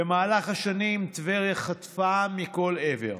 במהלך השנים טבריה חטפה מכל עבר.